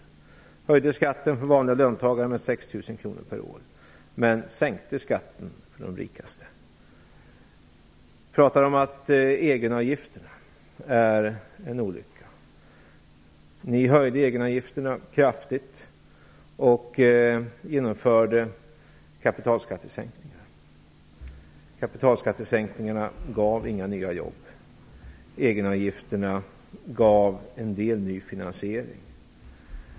Han höjde skatten för vanliga löntagare med 6 000 kr per år men sänkte skatten för de rikaste. Han talar om att egenavgifterna är en olycka. Den borgerliga regeringen höjde egenavgifterna kraftigt och genomförde kapitalskattesänkningar. Kapitalskattesänkningarna gav inga nya jobb. Egenavgifterna gav en del ny finansiering.